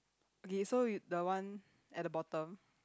okay so the one at the bottom